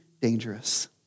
dangerous